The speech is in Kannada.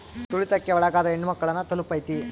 ತುಳಿತಕ್ಕೆ ಒಳಗಾದ ಹೆಣ್ಮಕ್ಳು ನ ತಲುಪೈತಿ